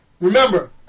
Remember